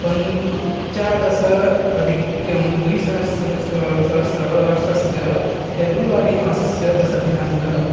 पञ्चदश अधिकद्विसहस्रं सहस्रतमवर्षस्य फ़ेब्रुवरीमासस्य दशमः दिनाङ्कः